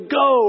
go